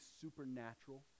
supernatural